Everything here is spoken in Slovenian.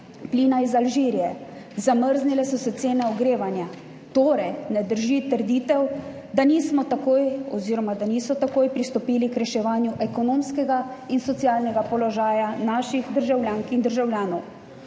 plina iz Alžirije. Zamrznile so se cene ogrevanja, torej ne drži trditev, da nismo takoj oziroma da niso takoj pristopili k reševanju ekonomskega in socialnega položaja naših državljank in državljanov.